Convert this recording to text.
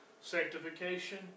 sanctification